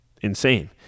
insane